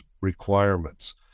requirements